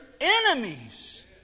enemies